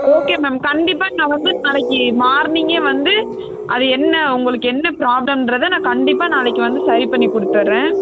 okay ma'am கண்டிப்பாக நான் வந்து நாளைக்கு மார்னிங்கே வந்து அது என்ன உங்களுக்கு என்ன ப்ராப்லம்ன்றதை நான் வந்து கண்டிப்பாக நாளைக்கு வந்து சரிபண்ணி கொடுத்துட்றேன்